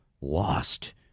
lost